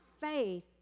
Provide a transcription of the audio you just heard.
faith